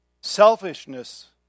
Selfishness